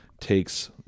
takes